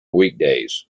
weekdays